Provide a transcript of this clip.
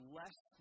less